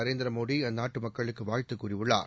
நரேந்திர மோடி அந்நாட்டு மக்களுக்கு் வாழ்த்து கூறியுள்ளார்